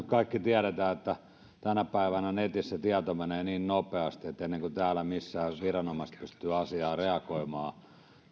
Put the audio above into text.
kaikki tiedämme että tänä päivänä netissä tieto menee niin nopeasti että ennen kuin täällä missään viranomaiset pystyvät asiaan reagoimaan